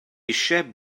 eisiau